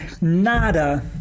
nada